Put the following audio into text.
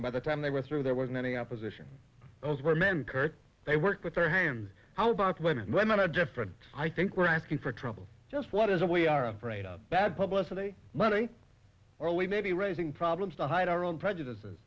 and by the time they were through there wasn't any opposition those were men curt they work with their hands how about when and when men are different i think we're asking for trouble just what is it we are afraid of bad publicity money or we may be raising problems to hide our own prejudices